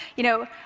you know,